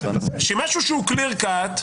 כשמשהו הוא clear cut,